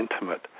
intimate